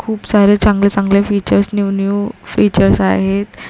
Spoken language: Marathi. खूप सारे चांगले चांगले फीचर्स न्यू न्यू फीचर्स आहेत